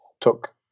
took